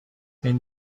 این